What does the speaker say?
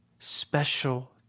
Special